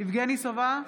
יבגני סובה,